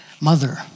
mother